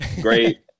great